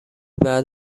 بعد